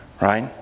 right